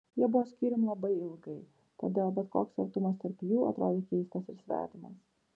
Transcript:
jie buvo skyrium labai ilgai todėl bet koks artumas tarp jų atrodė keistas ir svetimas